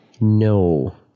No